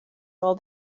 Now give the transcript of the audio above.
all